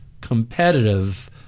competitive